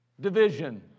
Division